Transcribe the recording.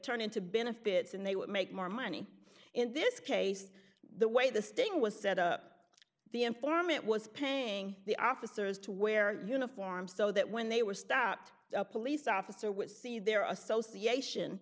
turn into benefits and they would make more money in this case the way the sting was set up the informant was paying the officers to wear uniforms so that when they were stopped a police officer would see their association